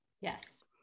Yes